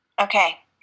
Okay